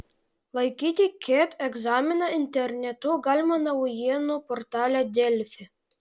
laikyti ket egzaminą internetu galima naujienų portale delfi